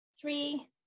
three